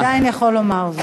אתה עדיין יכול לומר זאת.